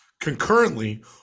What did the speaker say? Concurrently